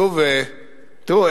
תראו,